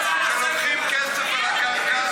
הם לוקחים כסף על הקרקע,